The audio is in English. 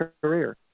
career